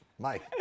Mike